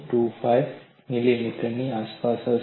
025 મિલીમીટરની આસપાસ હશે